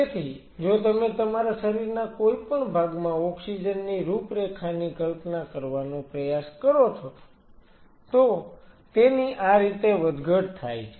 તેથી જો તમે તમારા શરીરના કોઈપણ ભાગમાં ઓક્સિજન ની રૂપરેખાની કલ્પના કરવાનો પ્રયાસ કરો છો તો તેની આ રીતે વધઘટ થાય છે